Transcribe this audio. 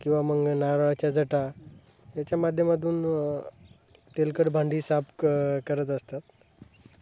किंवा मग नारळाच्या जटा याच्या माध्यमातून तेलकट भांडी साफ क करत असतात